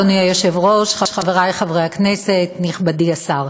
אדוני היושב-ראש, חברי חברי הכנסת, נכבדי השר,